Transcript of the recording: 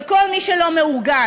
וכל מי שלא מאורגן.